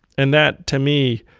and that, to me,